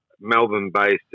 Melbourne-based